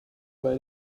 bei